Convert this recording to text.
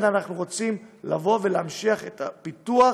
אנחנו רוצים להמשיך את הפיתוח